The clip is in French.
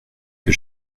que